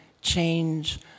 change